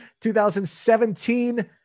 2017